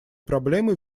проблемой